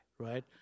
right